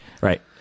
Right